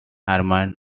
armed